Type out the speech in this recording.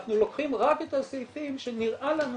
אנחנו לוקחים רק את הסעיפים שנראה לנו